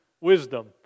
wisdom